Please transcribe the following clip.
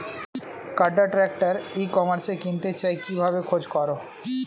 কাটার tractor ই কমার্সে কিনতে চাই কিভাবে খোঁজ করো?